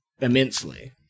immensely